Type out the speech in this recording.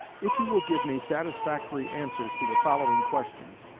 if you will give me satisfactory answers to the following questions,